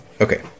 Okay